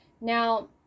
Now